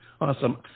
Awesome